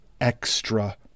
extra